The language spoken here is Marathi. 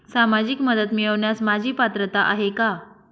सामाजिक मदत मिळवण्यास माझी पात्रता आहे का?